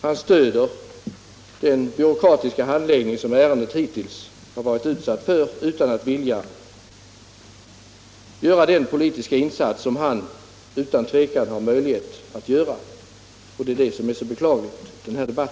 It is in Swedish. Han stöder den byråkratiska handläggning som ärendet hittills har varit utsatt för och vill inte göra den politiska insats som han utan tvivel har möjlighet att göra. Det är det som är så beklagligt i denna debatt.